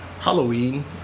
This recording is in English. Halloween